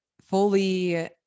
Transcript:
fully